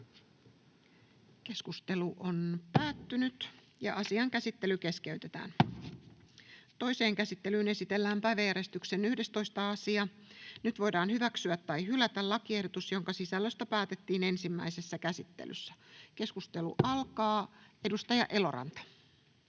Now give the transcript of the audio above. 6 a §:n muuttamisesta Time: N/A Content: Toiseen käsittelyyn esitellään päiväjärjestyksen 12. asia. Nyt voidaan hyväksyä tai hylätä lakiehdotus, jonka sisällöstä päätettiin ensimmäisessä käsittelyssä. — Keskustelu alkaa. Edustaja Honkasalo.